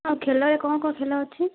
ଆଉ ଖେଳରେ କ'ଣ କ'ଣ ଖେଳ ଅଛି